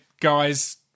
guys